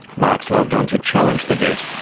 mark's logged on to challenge the debt,